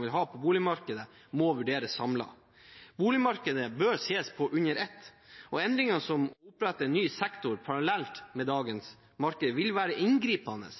vil ha på boligmarkedet, må vurderes samlet. Boligmarkedet bør ses på under ett, og det å opprette en ny sektor parallelt med dagens marked vil være en inngripende